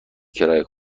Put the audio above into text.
کرایه